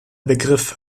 begriff